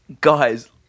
guys